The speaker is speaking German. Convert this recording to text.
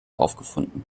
aufgefunden